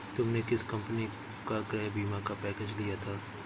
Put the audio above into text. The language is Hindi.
तुमने किस कंपनी का गृह बीमा का पैकेज लिया था?